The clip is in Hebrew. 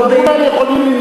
כולם יכולים לנדוד,